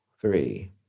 three